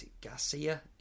Garcia